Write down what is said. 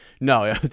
no